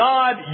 God